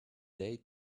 day